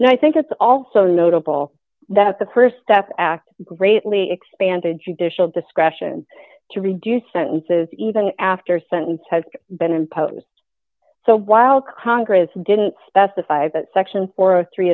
and i think it's also notable that the st step act greatly expanded judicial discretion to reduce sentences even after sentence has been imposed so while congress didn't specify that section four or three